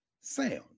sound